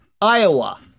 Iowa